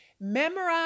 Memorize